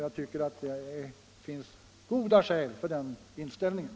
Jag menar att det finns goda skäl för den inställningen.